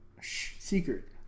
Secret